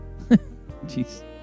Jeez